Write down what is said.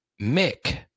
Mick